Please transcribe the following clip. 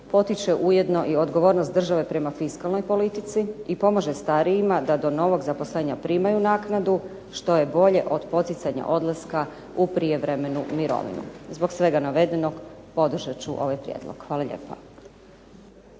potiče ujedno i odgovornost države prema fiskalnoj politici i pomaže starijima da do novog zaposlenja primaju naknadu što je bolje od poticanja odlaska u prijevremenu mirovinu. Zbog svega navedenog podržati ću ovaj prijedlog. Hvala lijepa.